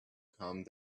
come